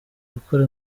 gukora